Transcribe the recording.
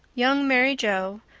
young mary joe,